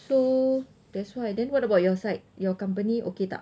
so that's why then what about your side your company okay tak